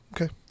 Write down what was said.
Okay